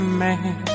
man